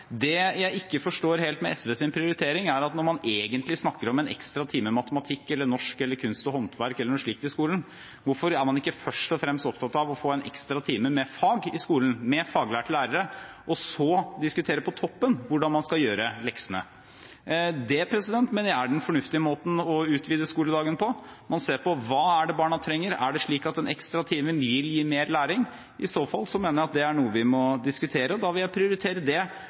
Det jeg ikke forstår helt med SVs prioritering, er at når man egentlig snakker om en ekstra time matematikk, norsk, kunst og håndverk eller noe slikt i skolen, hvorfor er man ikke først og fremst opptatt av å få en ekstra time med fag i skolen, med faglærte lærere, og så diskutere – på toppen – hvordan man skal gjøre leksene. Det mener jeg er den fornuftige måten å utvide skoledagen på, å se på: Hva er det barna trenger? Er det slik at en ekstra time vil gi mer læring? I så fall mener jeg at det er noe vi må diskutere, og da vil jeg prioritere det